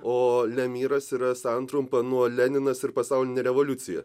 o lemiras yra santrumpa nuo leninas ir pasaulinė revoliucija